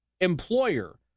employer